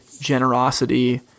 generosity